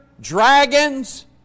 Dragons